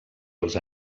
els